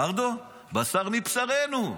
פרדו, בשר מבשרנו.